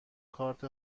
کارت